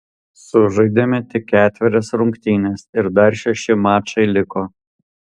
sužaidėme tik ketverias rungtynes ir dar šeši mačai liko